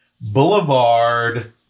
Boulevard